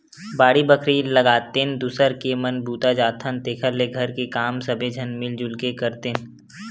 बाड़ी बखरी लगातेन, दूसर के म बूता जाथन तेखर ले घर के म सबे झन मिल जुल के करतेन